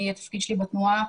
אני אחראית בתנועה